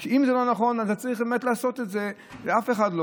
אם זה לא נכון, לא צריך לעשות את זה לאף אחד.